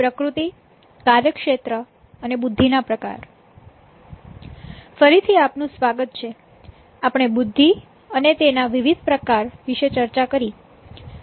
આપણે બુદ્ધિ અને તેના વિવિધ પ્રકાર વિશે ચર્ચા કરી